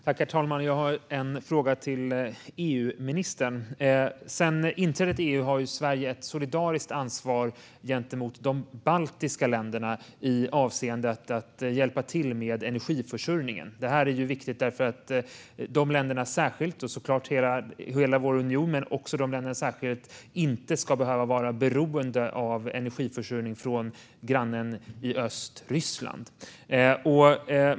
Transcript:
Herr talman! Jag har en fråga till EU-ministern. Sedan inträdet i EU har Sverige ett solidariskt ansvar gentemot de baltiska länderna avseende att hjälpa till med energiförsörjningen. Det här är viktigt för att de inte ska behöva vara beroende av energiförsörjning från grannen i öst, Ryssland. Det gäller såklart hela vår union men i synnerhet de länderna.